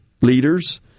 leaders